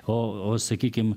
o o sakykim